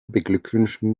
beglückwünschen